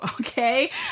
okay